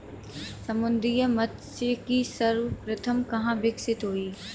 समुद्री मत्स्यिकी सर्वप्रथम कहां विकसित हुई?